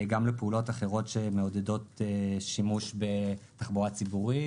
גם לפעולות אחרות שמעודדות שימוש בתחבורה ציבורית